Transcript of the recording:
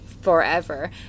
forever